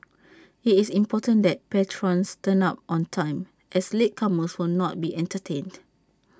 IT is important that patrons turn up on time as latecomers will not be entertained